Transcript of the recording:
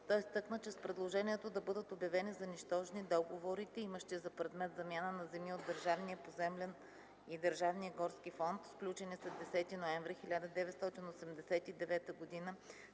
Той изтъкна, че с предложението да бъдат обявени за нищожни договорите, имащи за предмет замяна на земи от държавния поземлен и държавния горски фонд, сключени след 10 ноември 1989 г.,